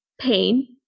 pain